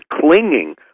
clinging